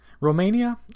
Romania